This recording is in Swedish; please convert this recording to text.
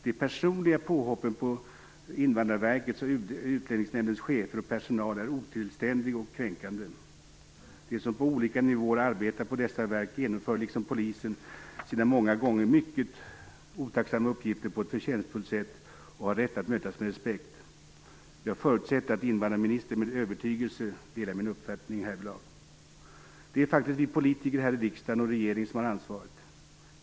De personliga påhoppen på Invandrarverkets och Utlänningsnämndens chefer och personal är otillständig och kränkande. De som på olika nivåer arbetar på dessa verk genomför liksom polisen sina många gånger mycket otacksamma uppgifter på ett förtjänstfullt sätt och har rätt att mötas med respekt. Jag förutsätter att invandrarministern med övertygelse delar min uppfattning härvidlag. Det är faktiskt vi politiker här i riksdagen och regeringen som har ansvaret.